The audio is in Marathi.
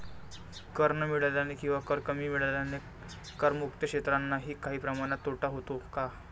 कर न मिळाल्याने किंवा कर कमी मिळाल्याने करमुक्त क्षेत्रांनाही काही प्रमाणात तोटा होतो का?